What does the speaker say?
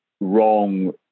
wrong